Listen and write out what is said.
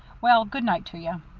well, good-night to you.